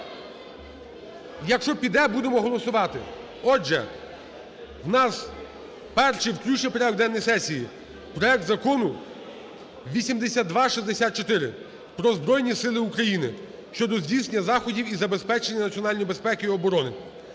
Якщо піде, будемо голосувати. Отже, у нас перший включення в порядок денний сесії проект Закону 8264 "Про Збройні Сили України" щодо здійснення заходів із забезпечення національної безпеки і оборони